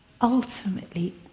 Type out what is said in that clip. ultimately